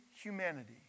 humanity